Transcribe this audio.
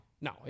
No